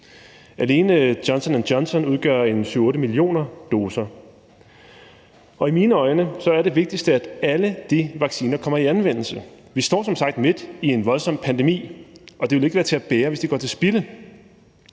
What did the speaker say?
Alene Johnson & Johnson-vaccinerne udgør en 7-8 millioner doser. Og i mine øjne er det vigtigste, at alle de vacciner kommer i anvendelse. Vi står som sagt midt i en voldsom pandemi, og det vil ikke være til at bære, hvis de går til spilde.